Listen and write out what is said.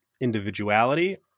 individuality